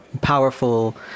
powerful